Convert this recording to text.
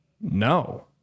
No